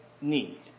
need